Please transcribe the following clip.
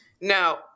Now